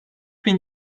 bin